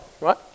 right